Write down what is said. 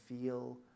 feel